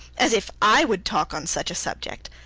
as if i would talk on such a subject!